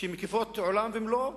שמקיפות עולם ומלואו,